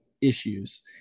issues